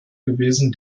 gewesen